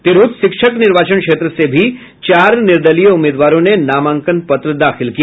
तिरहूत शिक्षक निर्वाचन क्षेत्र से भी चार निर्दलीय उम्मीदवारों ने नामांकन पत्र दाखिल किया